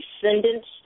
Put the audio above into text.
descendants